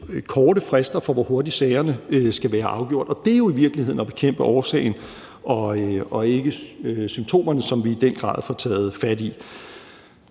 korte frister for, hvor hurtigt sagerne skal være afgjort, og det er jo i virkeligheden at bekæmpe årsagen og ikke symptomerne, som vi i den grad får taget fat i.